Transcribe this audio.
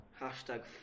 Hashtag